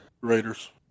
Raiders